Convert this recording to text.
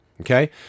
okay